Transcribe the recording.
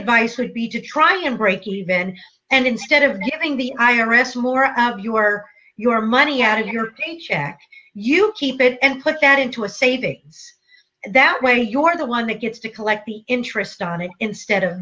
advice would be to try and break even and instead of giving the iris more of you or your money out of your paycheck you keep it and put that into a savings that way you're the one that gets to collect the interest on it instead of